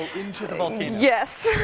into the volcano? yes.